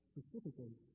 Specifically